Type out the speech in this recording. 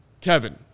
kevin